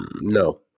no